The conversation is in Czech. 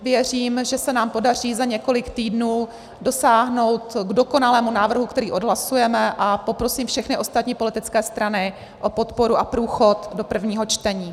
Věřím, že se nám podaří za několik týdnů dosáhnout dokonalého návrhu, který odhlasujeme, a poprosím všechny ostatní politické strany o podporu a průchod do prvního čtení.